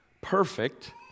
perfect